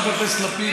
חבר הכנסת לפיד,